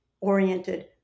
oriented